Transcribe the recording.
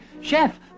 chef